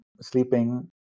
sleeping